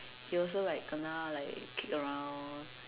he also like kena like kicked around